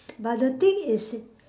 but the thing is